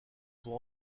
pour